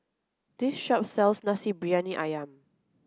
this shop sells Nasi Briyani Ayam